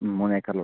മൂന്ന് ഏക്കറിലോട്ട്